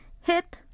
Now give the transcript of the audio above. Hip